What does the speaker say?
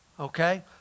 Okay